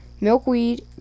milkweed